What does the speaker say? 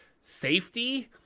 safety